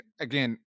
again